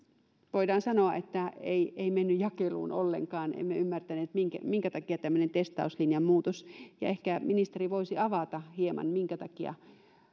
voidaan sanoa ei mennyt jakeluun ollenkaan emme ymmärtäneet minkä minkä takia tämmöinen testauslinjan muutos ja ehkä ministeri voisi avata hieman minkä takia